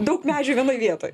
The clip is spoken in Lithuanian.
daug medžių vienoj vietoj